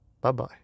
bye-bye